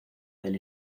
del